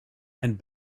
and